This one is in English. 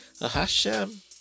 Hashem